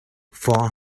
four